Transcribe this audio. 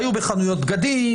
היו בחנויות בגדים,